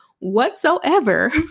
whatsoever